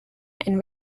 and